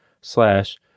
slash